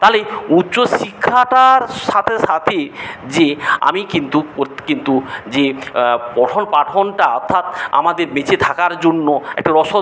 তাহলে উচ্চশিক্ষাটার সাথে সাথে যে আমি কিন্তু কিন্তু যে পঠন পাঠনটা অর্থাৎ আমাদের বেঁচে থাকার জন্য একটা রসদ